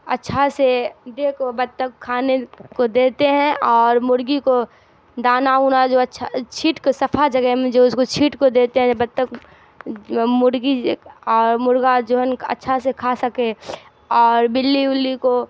اچھا سے ڈے کو بطخ کھانے کو دیتے ہیں اور مرغی کو دانا اونا جو اچھا چھیٹ کو صفا جگہ میں جو اس کو چھیٹ کو دیتے ہیں بتک مرغی اور مرغا جوہن اچھا سے کھا سکے اور بلی ولی کو